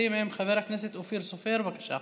מתחילים עם חבר הכנסת אופיר סופר, בבקשה.